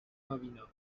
nowina